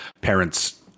parents